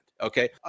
Okay